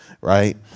right